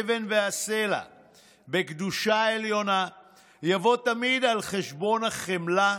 האבן והסלע בקדושה עליונה יבוא תמיד על חשבון החמלה,